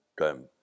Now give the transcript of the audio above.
Time